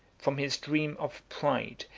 from his dream of pride,